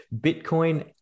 Bitcoin